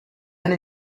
and